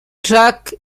jack